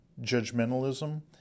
judgmentalism